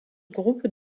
groupe